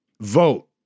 vote